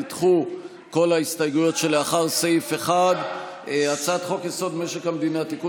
נדחו כל ההסתייגויות שלאחר סעיף 1. הצעת חוק-יסוד: משק המדינה (תיקון